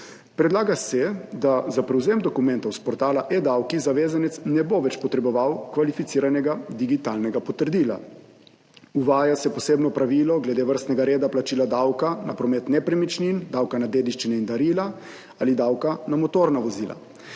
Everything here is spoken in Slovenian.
Predlaga se, da za prevzem dokumentov s portala eDavki zavezanec ne bo več potreboval kvalificiranega digitalnega potrdila. Uvaja se posebno pravilo glede vrstnega reda plačila davka na promet nepremičnin, davka na dediščine in darila ali davka na motorna vozila.